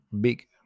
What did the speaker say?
big